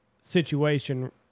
situation